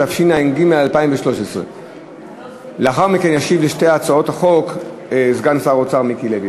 התשע"ג 2013. לאחר מכן ישיב על שתי הצעות החוק סגן שר האוצר מיקי לוי.